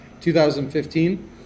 2015